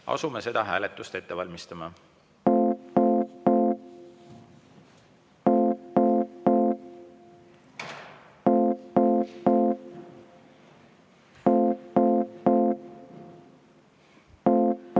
Asume seda hääletust ette valmistama. Auväärt